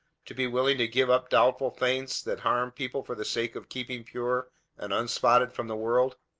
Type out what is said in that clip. to be willing to give up doubtful things that harmed people for the sake of keeping pure and unspotted from the world?